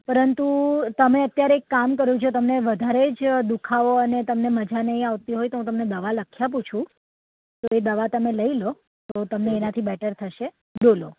પરંતુ તમે અત્યારે એક કામ કરો જો તમને વધારે જ દુખાવો અને તેમને મજા નહીં આવતી હોય તો હું તમને દવા લખી આપું છું તો એ દવા તમે લઈ લો તો તમને એનાથી બેટર થશે ડોલો